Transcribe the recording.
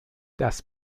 das